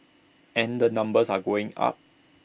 and the numbers are going up